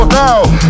now